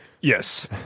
Yes